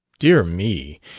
dear me!